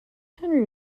henry